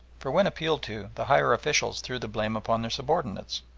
for when appealed to, the higher officials threw the blame upon their subordinates,